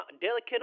delicate